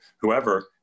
whoever